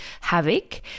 havoc